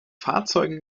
fahrzeuge